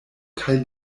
kaj